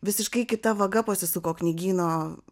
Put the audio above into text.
visiškai kita vaga pasisuko knygyno